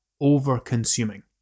over-consuming